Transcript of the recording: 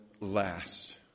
last